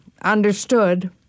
understood